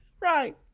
right